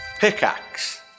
pickaxe